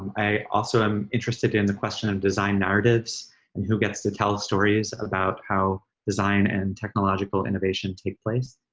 i also am interested in the question of design narratives and who gets to tell stories about how design and technological innovation take place.